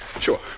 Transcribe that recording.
Sure